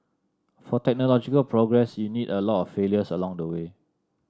for technological progress you need a lot of failures along the way